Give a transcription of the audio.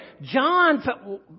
John